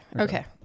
okay